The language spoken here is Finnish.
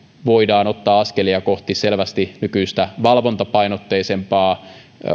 voidaan ottaa askelia kohti selvästi nykyistä valvontapainotteisempaa